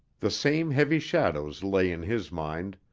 the same heavy shadows lay in his mind,